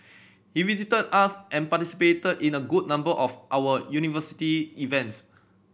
he visited us and participated in a good number of our university events